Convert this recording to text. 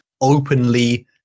openly